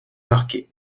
marqués